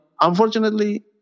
unfortunately